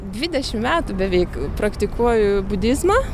dvidešim metų beveik praktikuoju budizmą